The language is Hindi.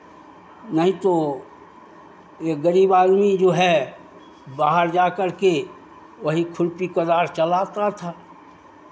नहीं तो ये गरीब आदमी जो है बाहर जाकर के वही खुरपी कुदाल चलाता था